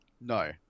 No